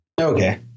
Okay